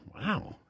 Wow